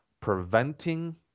preventing